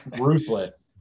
ruthless